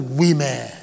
women